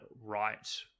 right